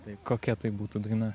tai kokia tai būtų daina